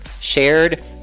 shared